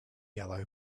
yellow